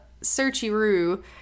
searchy-roo